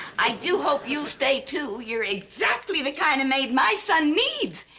i do hope you'll stay, too. you're exactly the kind of maid my son needs.